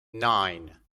nine